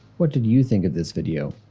what did you think of this video?